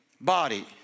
body